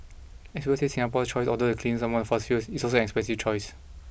experts say Singapore choice although the cleanest among fossil fuels is also an expensive choice